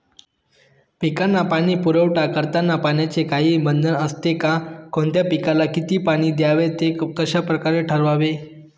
पिकांना पाणी पुरवठा करताना पाण्याचे काही बंधन असते का? कोणत्या पिकाला किती पाणी द्यावे ते कशाप्रकारे ठरवावे?